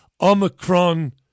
Omicron